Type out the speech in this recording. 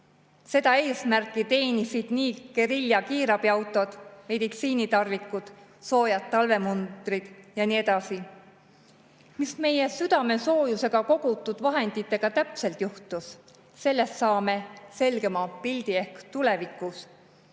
Seda eesmärki teenisid geriljakiirabiautod, meditsiinitarvikud, soojad talvemundrid ja nii edasi. Mis meie südamesoojusega kogutud vahenditega täpselt juhtus, sellest saame selgema pildi ehk tulevikus.